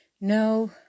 No